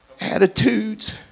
attitudes